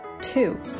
Two